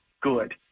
good